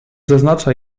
zaznacza